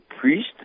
priest